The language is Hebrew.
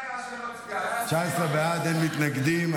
אני מתקן.